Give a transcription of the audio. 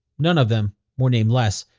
none of them were named les.